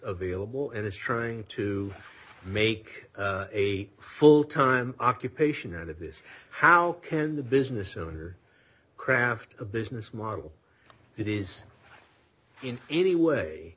available and is trying to make a full time occupation out of this how can the business owner craft a business model that is in any way